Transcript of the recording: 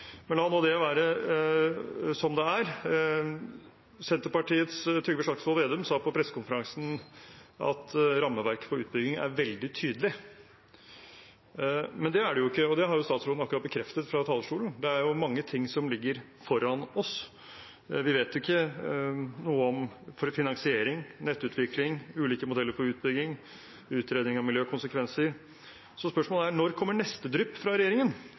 Men la nå det være som det er. Senterpartiets Trygve Slagsvold Vedum sa på pressekonferansen at rammeverket for utbygging er veldig tydelig. Men det er det jo ikke, og det har statsråden akkurat bekreftet fra talerstolen. Det er mange ting som ligger foran oss. Vi vet ikke noe om finansiering, nettutvikling, ulike modeller for utbygging og utredning av miljøkonsekvenser. Så spørsmålet er: Når kommer neste drypp fra regjeringen